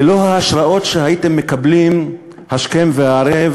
ללא ההשראות שהייתם מקבלים השכם והערב